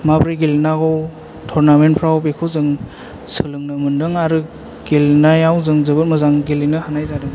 माब्रै गेलेनांगौ थरनामेन्थफ्राव बेखौ जों सोलोंनो मोन्दों आरो गेलेनायाव जों जोबोद मोजां गेलेनो हानाय जादों